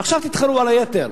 עכשיו תתחרו על היתר.